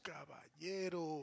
Caballero